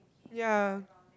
ya